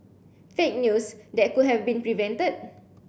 fake news that could have been prevented